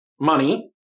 money